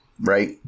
right